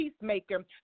peacemaker